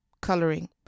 coloring